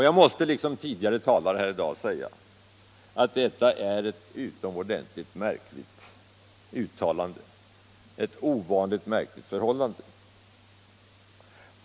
Jag måste liksom föregående talare här i dag säga att detta är ett märkligt uttalande rörande ett ovanligt märkligt förhållande.